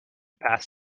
pass